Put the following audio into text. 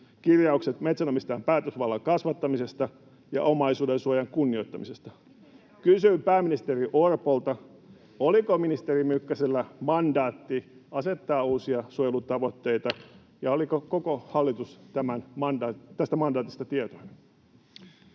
kirjaukset metsänomistajan päätösvallan kasvattamisesta ja omaisuuden suojan kunnioittamisesta. Kysyn pääministeri Orpolta: oliko ministeri Mykkäsellä mandaatti asettaa uusia suojelutavoitteita, ja oliko koko hallitus tästä mandaatista tietoinen?